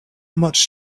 much